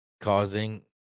causing